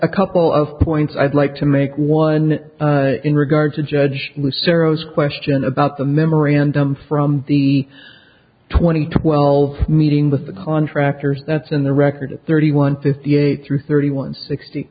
a couple of points i'd like to make one in regards to judge list arrow's question about the memorandum from the twenty twelve meeting with the contractors that's in the record thirty one fifty eight through thirty one sixty